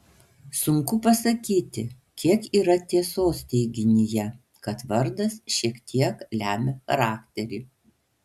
sunku pasakyti kiek yra tiesos teiginyje kad vardas šiek tiek lemia charakterį